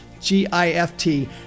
G-I-F-T